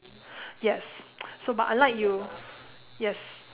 yes so but I like yes